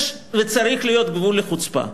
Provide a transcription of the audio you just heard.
יש וצריך להיות גבול לחוצפה.